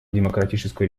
демократическая